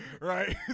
right